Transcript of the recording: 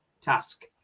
task